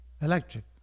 electric